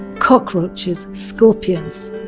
cockroaches, scorpions,